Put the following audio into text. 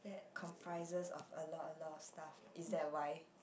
comprises of a lot a lot of stuff is that why